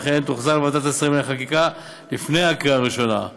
ולכן היא תוחזר לוועדת השרים לחקיקה לפני הקריאה הראשונה.